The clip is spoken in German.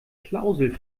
klausel